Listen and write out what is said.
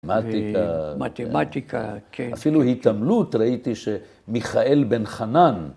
‫מתמטיקה. ‫-מתמטיקה, כן. ‫אפילו התעמלות, ראיתי ‫שמיכאל בן חנן...